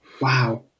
Wow